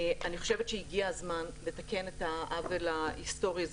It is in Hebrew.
אני חושבת שהגיע הזמן לתקן את העוול ההיסטורי הזה.